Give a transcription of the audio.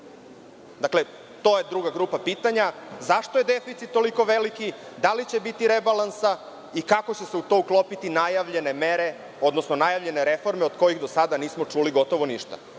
Dakle, to je druga grupa pitanja, zašto je deficit toliko veliki, da li će biti rebalansa i kako će se u to uklopiti najavljene mere, odnosno najavljene reforme od kojih do sada nismo čuli gotovo ništa? Na